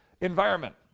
Environment